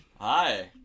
Hi